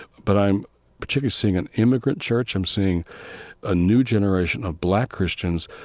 but i'm particularly seeing an immigrant church, i'm seeing a new generation of black christians,